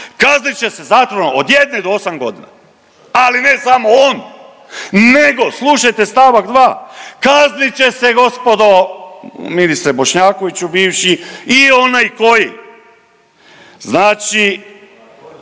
kaznit će se zatvorom od jedne do osam godina. Ali ne samo on nego slušajte st. 2. kaznit će se gospodo, ministre Bošnjakoviću bivši i onaj koji znači